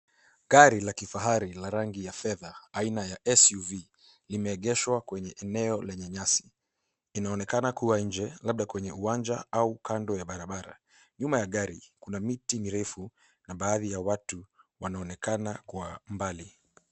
Gari la kifahari la rangi ya fedha aina ya SUV limeegeshwa kwenye eneo lenye nyasi. Inaonekana kuwa nje, labda kwenye uwanja au kando ya barabara. Nyuma ya gari, kuna miti mirefu na baadhi ya watu wanaonekana kwa mbali.